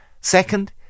Second